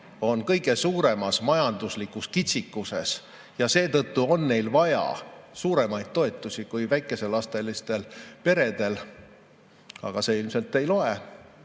on kõige suuremas majanduslikus kitsikuses ja seetõttu on neil vaja suuremaid toetusi kui [vähe]lapselistel peredel. Aga see ilmselt ei loe,